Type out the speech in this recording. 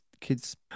kids